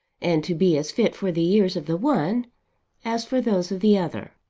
and to be as fit for the ears of the one as for those of the other.